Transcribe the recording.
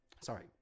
sorry